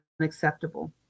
unacceptable